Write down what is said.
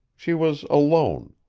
she was alone.